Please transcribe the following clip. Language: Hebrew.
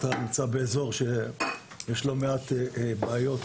אתה נמצא באזור שמתבצעות בו לא מעט בעיות.